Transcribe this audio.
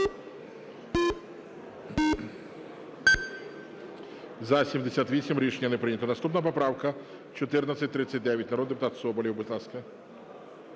За-78 Рішення не прийнято. Наступна поправка 1439. Народний депутат Соболєв, будь ласка.